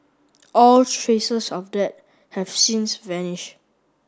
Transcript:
all traces of that have since vanish